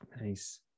Nice